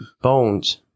Bones